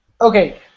Okay